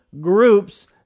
groups